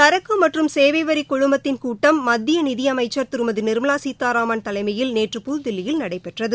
சரக்கு மற்றும் சேவை வரிக் குழுமத்தின் கூட்டம் மத்திய நிதி அமைச்சர் திருமதி நிர்மலா சீதாராமன் தலைமையில் நேற்று புதுதில்லியில் நடைபெற்றது